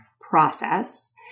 process